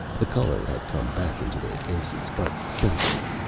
the color had come back into their faces, but faintly,